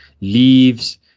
leaves